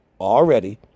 already